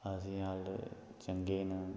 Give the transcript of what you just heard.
अस अज्ज तगर चंगे न